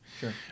sure